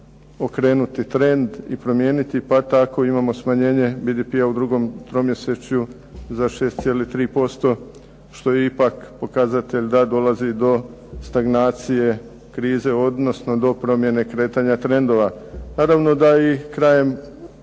okrenuti trend i promijeniti pa tako imamo smanjenje BDP-a u drugom tromjesečju za 6,3% što je ipak pokazatelj da dolazi do stagnacije, krize odnosno do promjene kretanja trendova. Naravno da i krajem